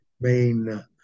main